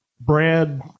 brad